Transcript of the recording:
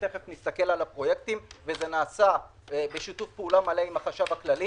- זה נעשה בשיתוף פעולה מלא עם החשב הכללי.